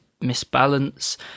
misbalance